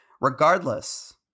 Regardless